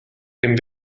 dem